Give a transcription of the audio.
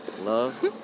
Love